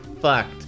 fucked